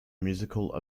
musical